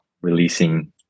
Releasing